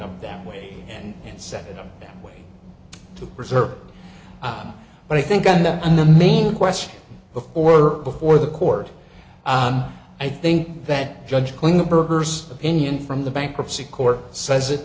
him that way and and set it up that way to preserve up but i think on the on the main question of or before the court i think that judge when the burghers opinion from the bankruptcy court says it